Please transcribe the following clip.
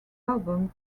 album